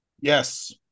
Yes